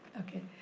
okay,